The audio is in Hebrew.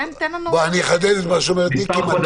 תן לנו --- אני אחדד את מה שאומרת מיקי,